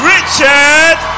Richard